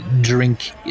drink